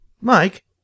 Mike